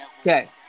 Okay